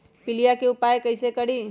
पीलिया के उपाय कई से करी?